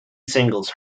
singles